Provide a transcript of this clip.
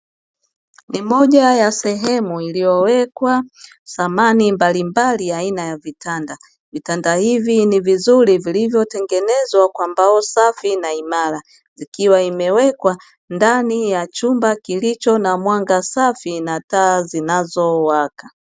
Ni moja ya sehemu iliyowekwa samani mbalimbali aina ya vitanda, vitanda hivi ni vizuri vilivyotengenezwa kwa mbao safi na imara ikiwa imewekwa ndani ya chumba kilicho na mwanga safi na taa zinazowaka.